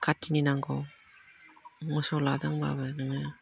खाथिनि नांगौ मोसौ लादोंबाबो नोङो